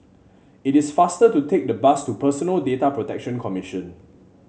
it is faster to take the bus to Personal Data Protection Commission